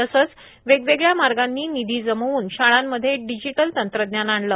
तसंच वेगवेगळ्या मार्गानी निधी जमवून शाळांमध्ये डिजिटल तंत्रज्ञान आणले